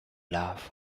love